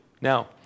Now